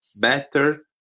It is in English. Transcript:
better